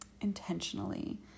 intentionally